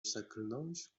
przekląć